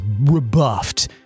rebuffed